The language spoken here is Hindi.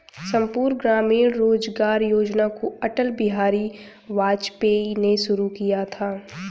संपूर्ण ग्रामीण रोजगार योजना को अटल बिहारी वाजपेयी ने शुरू किया था